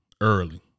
early